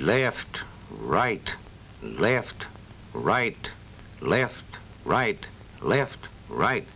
left right left right left right left right